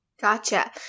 Gotcha